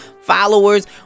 followers